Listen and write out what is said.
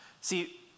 See